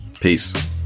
Peace